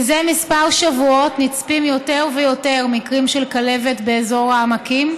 זה כמה שבועות נצפים יותר ויותר מקרים של כלבת באזור העמקים,